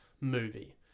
movie